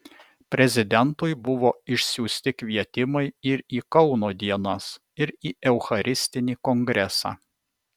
prezidentui buvo išsiųsti kvietimai ir į kauno dienas ir į eucharistinį kongresą